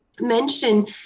mention